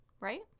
Right